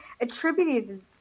attributed